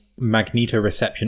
magnetoreception